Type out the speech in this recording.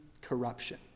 corruption